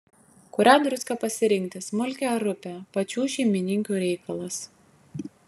kurią druską pasirinkti smulkią ar rupią pačių šeimininkių reikalas